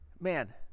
man